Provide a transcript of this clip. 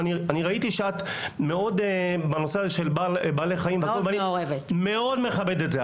ראיתי שאת מאוד מעורבת בנושא של בעלי החיים ואני מאוד מכבד את זה,